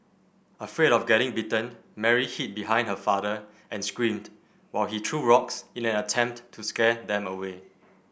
afraid of getting bitten Mary hid behind her father and screamed while he threw rocks in an attempt to scare them away